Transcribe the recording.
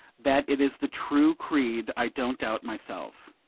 that it is the true creed i don't doubt myself.